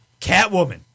Catwoman